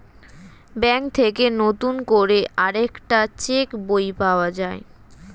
bank থেকে নতুন করে আরেকটা চেক বই পাওয়া যায়